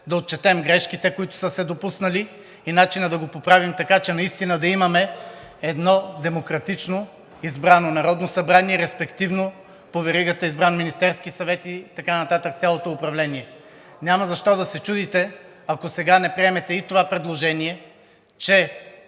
да отчетем грешките, които са се допуснали, и начина да ги поправим, така че наистина да имаме едно демократично избрано Народно събрание и респективно по веригата избран Министерски съвет, и така нататък – цялото управление. Няма защо да се чудите, ако сега не приемете и това предложение, че